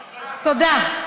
תודה.